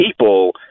people